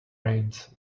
rains